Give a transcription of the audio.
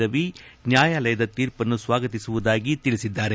ರವಿ ನ್ಯಾಯಾಲಯದ ತೀರ್ಪನ್ನು ಸ್ವಾಗತಿಸುವುದಾಗಿ ಹೇಳಿದ್ದಾರೆ